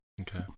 okay